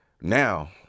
now